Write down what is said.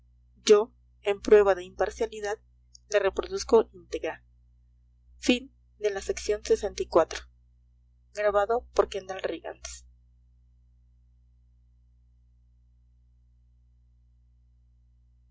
yo en prueba de imparcialidad la reproduzco íntegra iv